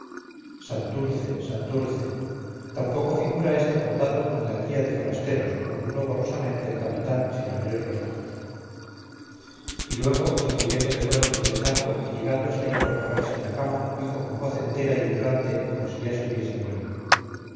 santurce santurce tampoco figura este condado en la guía de forasteros murmuró borrosamente el capitán sin abrir los ojos y luego sacudiendo de pronto su letargo y llegando hasta incorporarse en la cama dijo con voz entera y vibrante como si ya estuviese bueno